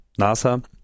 NASA